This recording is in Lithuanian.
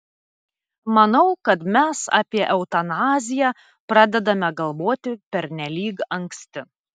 manau kad mes apie eutanaziją pradedame galvoti pernelyg anksti